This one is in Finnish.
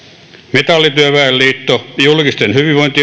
metallityöväen liitto julkisten ja hyvinvointialojen liitto jhl